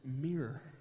mirror